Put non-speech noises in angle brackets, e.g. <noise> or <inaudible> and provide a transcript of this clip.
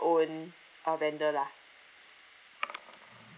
own uh vendor lah <breath>